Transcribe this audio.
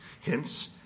Hence